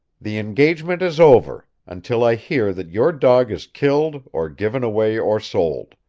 the engagement is over until i hear that your dog is killed or given away or sold.